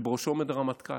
שבראשו עומד הרמטכ"ל.